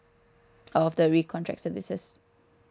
uh of the recontract services